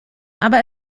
aber